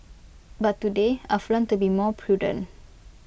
but today I've learnt to be more prudent